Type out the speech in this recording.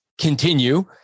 Continue